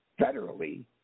federally